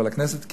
אבל הכנסת,